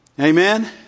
Amen